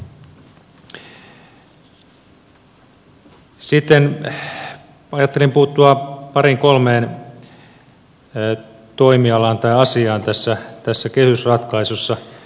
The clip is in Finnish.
sitten ajattelin puuttua pariin kolmeen toimialaan tai asiaan tässä kehysratkaisussa